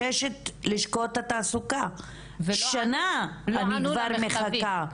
ששת לשכות התעסוקה ושנה אני כבר מחכה.